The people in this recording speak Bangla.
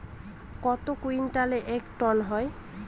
কত কুইন্টালে এক টন হয়?